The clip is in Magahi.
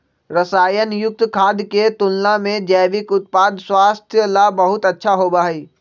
रसायन युक्त खाद्य के तुलना में जैविक उत्पाद स्वास्थ्य ला बहुत अच्छा होबा हई